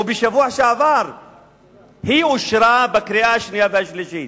ובשבוע שעבר היא אושרה בקריאה השנייה והשלישית,